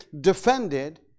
defended